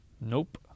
Nope